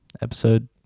Episode